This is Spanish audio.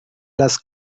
las